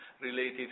related